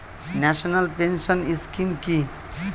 National pension scheme কি?